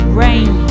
rain